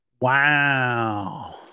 Wow